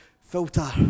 filter